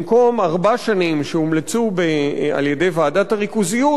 במקום ארבע שנים שהומלצו על-ידי ועדת הריכוזיות,